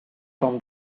from